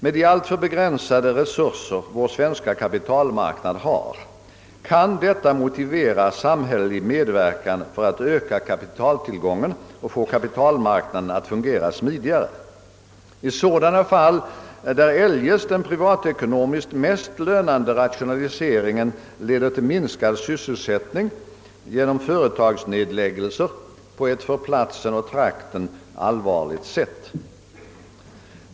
Med de alltför begränsade resurser vår svenska kapitalmarknad har, kan detta motivera samhällelig medverkan för att öka kapitaltillgången och få ka pitalmarknaden att fungera smidigare i sådana fall, där eljest den privatekonomiskt mest lönande rationaliseringen leder till minskad sysselsättning genom företagsnedläggelser på ett för platsen och trakten allvarligt sätt.